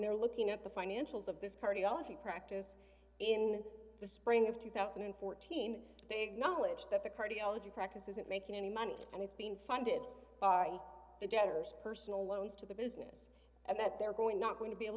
they're looking at the financials of this cardiology practice in the spring of two thousand and fourteen they acknowledge that the cardiology practice isn't making any money and it's being funded by the debtors personal loans to the business and that they're going not going to be able